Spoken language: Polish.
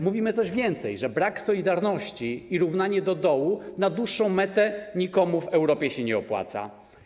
Mówimy coś więcej: brak solidarności i równanie do dołu na dłuższą metę nikomu w Europie się nie opłaca.